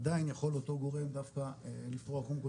עדיין יכול אותו גורם דווקא לפרוע קודם כל